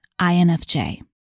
INFJ